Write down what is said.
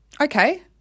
Okay